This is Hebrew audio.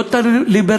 לא את הליברלים,